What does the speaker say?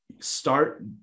start